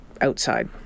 outside